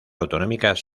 autonómicas